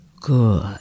Good